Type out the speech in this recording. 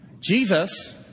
Jesus